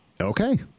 Okay